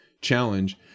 challenge